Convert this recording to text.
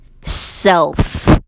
self